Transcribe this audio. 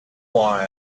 why